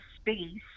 space